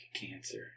cancer